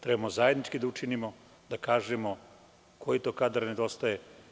Trebamo zajednički da učinimo, da kažemo koji to kadar nedostaje.